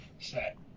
set